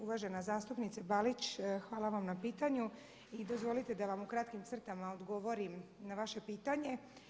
Uvažena zastupnice Balić, hvala vam na pitanju i dozvolite da vam u kratkim crtama odgovorim na vaše pitanje.